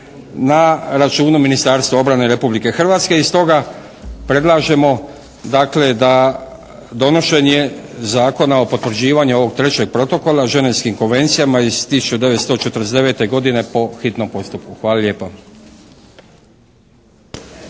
na računu Ministarstva obrane Republike Hrvatske i stoga predlažemo dakle da donošenje zakona o potvrđivanju ovog trećeg protokola ženevskim konvencijama iz 1949. godine po hitnom postupku. Hvala lijepa.